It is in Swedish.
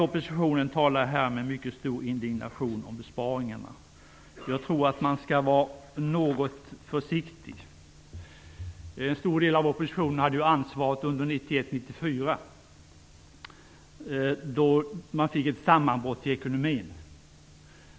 Oppositionen talar med mycket stor indignation om besparingarna. Jag tror att ni skall vara något försiktiga där. En stor del av oppositionen hade ju ansvaret under perioden 1991-1994 då vi fick ett sammanbrott i ekonomin.